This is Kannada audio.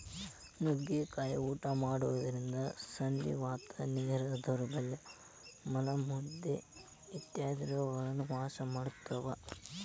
ನುಗ್ಗಿಕಾಯಿ ಊಟ ಮಾಡೋದ್ರಿಂದ ಸಂಧಿವಾತ, ನರ ದೌರ್ಬಲ್ಯ ಮಲಬದ್ದತೆ ಇತ್ಯಾದಿ ರೋಗಗಳು ವಾಸಿಯಾಗ್ತಾವ